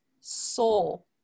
soul